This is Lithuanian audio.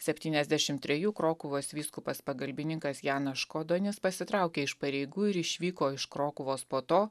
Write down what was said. septyniasdešim trejų krokuvos vyskupas pagalbininkas janas škodonis pasitraukė iš pareigų ir išvyko iš krokuvos po to